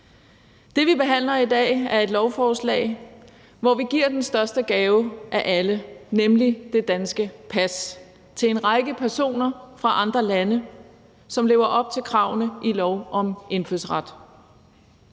Det, vi behandler i dag, er et lovforslag, hvor vi giver den største gave af alle, nemlig det danske pas, til en række personer fra andre lande, som lever op til kravene i lov om indfødsret.